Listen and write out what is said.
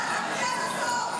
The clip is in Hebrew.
חכה רגע, תקריא עד הסוף.